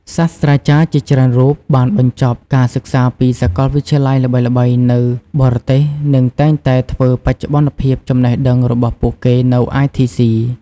សាស្ត្រាចារ្យជាច្រើនរូបបានបញ្ចប់ការសិក្សាពីសាកលវិទ្យាល័យល្បីៗនៅបរទេស និងតែងតែធ្វើបច្ចុប្បន្នភាពចំណេះដឹងរបស់ពួកគេនៅITC។